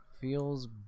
feels